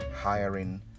hiring